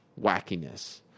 wackiness